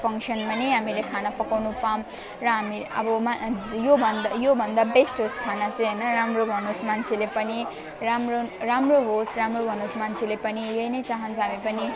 फङ्सनमा नि हामीले खाना पकाउनु पाऊँ र हामी अब योभन्दा योभन्दा बेस्ट होस् खाना चाहिँ हैन राम्रो भनोस् मान्छेले पनि राम्रो राम्रो होस् राम्रो भनोस् मान्छेले पनि यही नै चाहन्छ हामी पनि